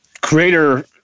creator